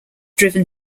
driven